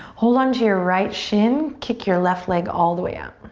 hold onto your right shin, kick your left leg all the way out.